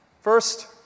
First